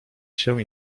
się